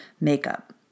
makeup